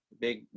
big